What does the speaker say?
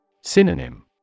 Synonym